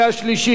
מי בעד?